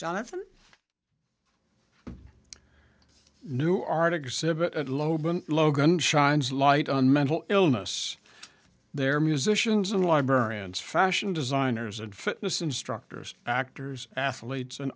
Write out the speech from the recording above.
jonathan new arctic civet at lobe and logan shines light on mental illness they're musicians and librarians fashion designers and fitness instructors actors athletes and